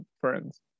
friends